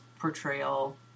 portrayal